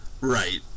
Right